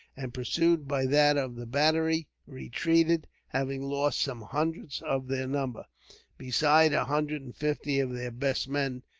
and pursued by that of the battery, retreated, having lost some hundreds of their number besides a hundred and fifty of their best men,